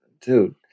dude